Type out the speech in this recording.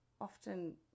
often